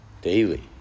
Daily